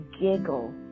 giggle